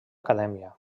acadèmia